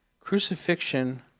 crucifixion